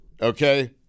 okay